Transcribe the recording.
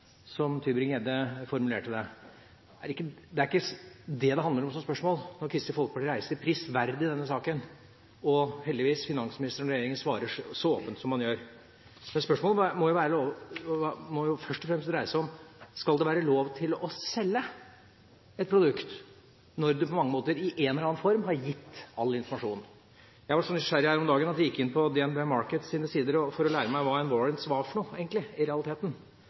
som Tybring-Gjedde formulerte det. Det er ikke det spørsmålet handler om når Kristelig Folkeparti reiser – prisverdig – denne saken, og finansministeren og regjeringa heldigvis svarer så åpent som man gjør. Spørsmålet må først og fremst dreie seg om: Skal det være lov til å selge et produkt når du på mange måter, i en eller annen form, har gitt all informasjon? Jeg var så nysgjerrig her om dagen at jeg gikk inn på DNB Markets’ sider for å lære meg hva «warrants» i realiteten var for noe,